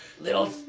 little